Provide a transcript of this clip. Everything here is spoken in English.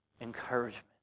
encouragement